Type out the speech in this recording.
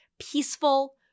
peaceful